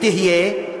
ותהיה,